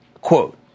quote